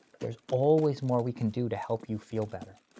there is always more we can do to help you feel better.